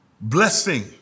blessing